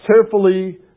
Carefully